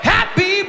Happy